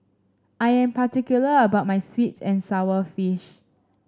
I am particular about my sweet and sour fish